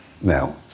now